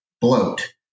bloat